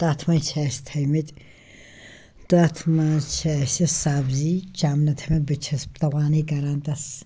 تَتھ منٛز چھِ اَسہِ تھٲیمٕتۍ تَتھ منٛز چھِ اَسہِ سبزی چَمنہٕ تھٲیمٕتۍ بہٕ چھَس پانَے کران تَتھ